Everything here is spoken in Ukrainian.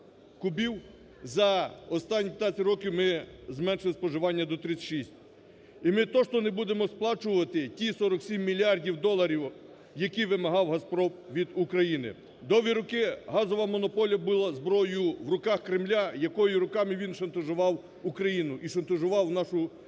кубів за останні 15 років ми зменшили споживання до 36. І ми точно не будемо сплачувати ті 47 мільярдів доларів, які вимагав "Газпром" від України. Довгі роки газова монополія була зброєю в руках Кремля, якою роками він шантажував Україну і шантажував нашу